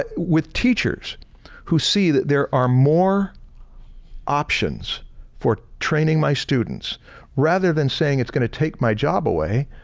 ah with teachers who see that there are more options for training my students rather than saying it's gonna take my job away,